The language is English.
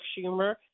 Schumer